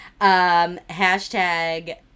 Hashtag